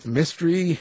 mystery